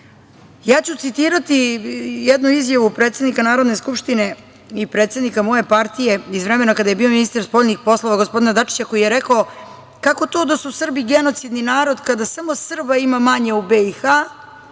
Ja ću citirati jednu izjavu predsednika Narodne skupštine i predsednika moje partije iz vremena kada je bio ministar spoljnih poslova, gospodina Dačića, koji je rekao - kako to da su Srbi genocidni narod kada samo Srba ima manje u BiH,